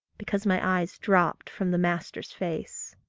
because my eyes dropped from the master's face.